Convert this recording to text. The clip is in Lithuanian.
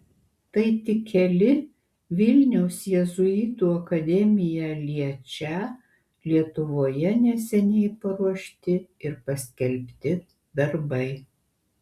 tai tik keli vilniaus jėzuitų akademiją liečią lietuvoje neseniai paruošti ir paskelbti darbai